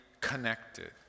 connected